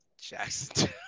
Jackson